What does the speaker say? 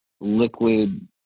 liquid